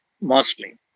mostly